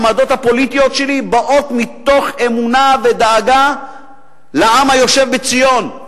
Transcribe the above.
העמדות הפוליטיות שלי באות מתוך אמונה ודאגה לעם היושב בציון.